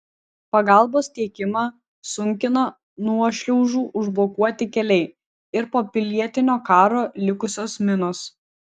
pagalbos tiekimą sunkina nuošliaužų užblokuoti keliai ir po pilietinio karo likusios minos